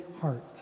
heart